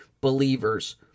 believers